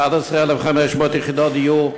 11,500 יחידות דיור,